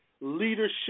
leadership